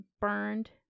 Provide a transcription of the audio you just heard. burned